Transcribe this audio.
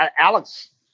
Alex